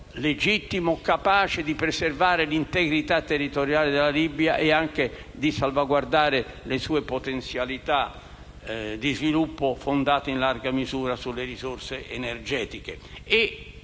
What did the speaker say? legittimo capace di preservare l'integrità territoriale della Libia e di salvaguardare le sue potenzialità di sviluppo, fondate in larga misura sulle risorse energetiche.